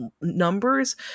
numbers